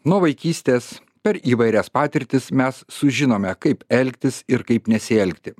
nuo vaikystės per įvairias patirtis mes sužinome kaip elgtis ir kaip nesielgti